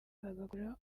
bagakura